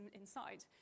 inside